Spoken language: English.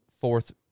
fourth